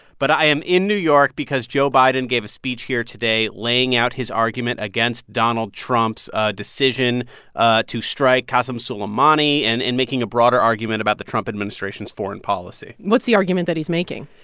but i am in new york because joe biden gave a speech here today laying out his argument against donald trump's ah decision ah to strike qassem soleimani and and making a broader argument about the trump administration's foreign policy what's the argument that he's making?